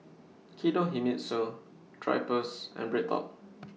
Kinohimitsu Drypers and BreadTalk